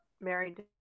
married